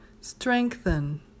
strengthen